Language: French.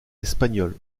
espagnols